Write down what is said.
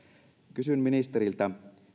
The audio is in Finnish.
kysyn ministeriltä